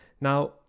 Now